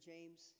James